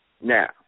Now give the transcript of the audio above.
Now